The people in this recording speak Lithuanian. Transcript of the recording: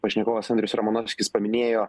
pašnekovas andrius romanovskis paminėjo